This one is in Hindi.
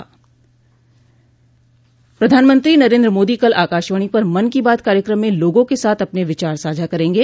प्रधानमंत्री नरेंद्र मोदी कल आकाशवाणी पर मन की बात कार्यक्रम में लोगों के साथ अपने विचार साझा करेंगे